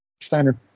Steiner